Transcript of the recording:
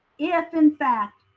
if in fact,